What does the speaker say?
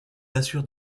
assurent